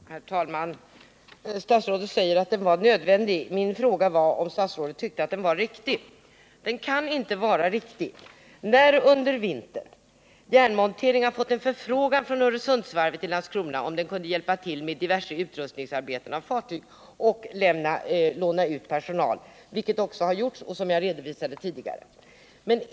Herr talman! Statsrådet säger att fördelningen var nödvändig. Min fråga gällde om statsrådet tyckte att den var riktig. Den kan inte vara riktig, när Järnmontering under vintern har fått en förfrågan från Öresundsvarvet i Landskrona om man kunde hjälpa till med diverse utrustningsarbeten genom att låna ut personal — så har också gjorts, vilket jag redovisade tidigare.